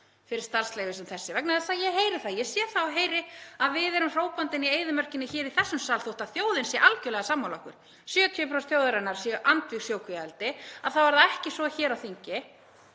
fyrir starfsleyfi sem þessi, vegna þess að ég heyri það, ég sé það og heyri að við erum hrópandinn í eyðimörkinni í þessum sal þótt þjóðin sé algerlega sammála okkur. Þótt 70% þjóðarinnar séu andvíg sjókvíaeldi þá er það ekki svo hér á þingi.